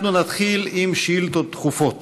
אנחנו נתחיל עם שאילתות דחופות.